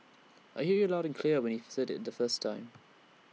I hear you loud and clear when you've said IT the first time